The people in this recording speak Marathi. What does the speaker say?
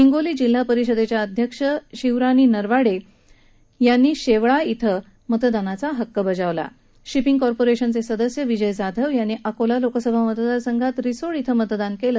हिंगोली जिल्हा परिषदेच्या अध्यक्ष शिवरानी नरवाडे यांनी शेवाळा इथं मतदानाचा हक्क बजावला शिपिंग कॉर्परेशनचे सदस्य विजय जाधव यांनी अकोला लोकसभा मतदारसंघातल्या रिसोड इथं मतदान केलं